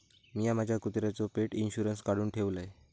मिया माझ्या कुत्र्याचो पेट इंशुरन्स काढुन ठेवलय